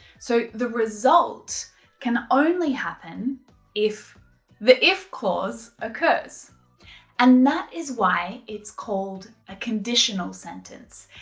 so the result can only happen if the if clause occurs and that is why it's called a conditional sentence.